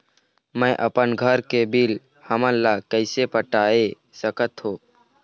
मैं अपन घर के बिल हमन ला कैसे पटाए सकत हो?